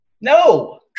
No